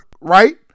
right